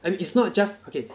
I mean it's not just okay